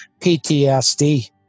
ptsd